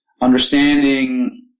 Understanding